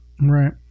Right